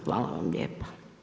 Hvala vam lijepa.